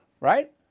Right